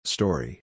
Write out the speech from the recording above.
Story